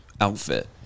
outfit